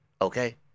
Okay